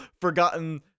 Forgotten